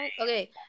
Okay